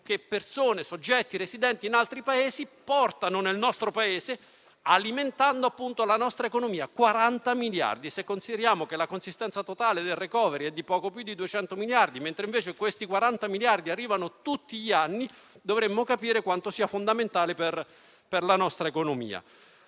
che soggetti residenti in altri Paesi portano nel nostro Paese alimentando la nostra economia: 40 miliardi. Se consideriamo che la consistenza totale del *recovery* *fund* è poco più di 200 miliardi, mentre questi 40 miliardi arrivano tutti gli anni, dovremmo capire quanto sia fondamentale per la nostra economia.